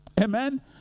Amen